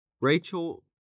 Rachel